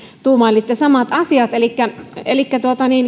tuumailitte sieltä samat asiat elikkä elikkä